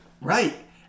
Right